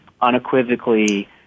unequivocally